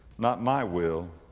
not my will,